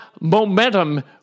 Momentum